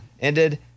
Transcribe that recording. ended